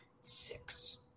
six